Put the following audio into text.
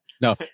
No